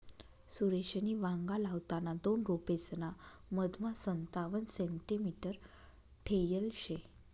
सुरेशनी वांगा लावताना दोन रोपेसना मधमा संतावण सेंटीमीटर ठेयल शे